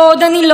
שמה לעשות?